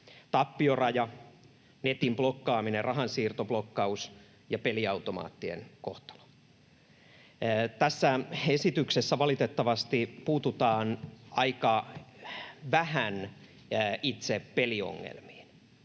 tappioraja, netin blokkaaminen, rahansiirtoblokkaus ja peliautomaattien kohtalo. Tässä esityksessä valitettavasti puututaan aika vähän itse peliongelmiin.